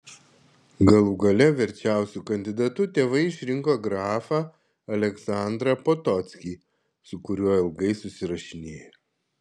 galų gale verčiausiu kandidatu tėvai išrinko grafą aleksandrą potockį su kuriuo ilgai susirašinėjo